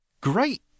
great